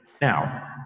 Now